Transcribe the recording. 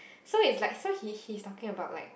so it's like so he he's talking about like